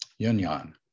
Yunyan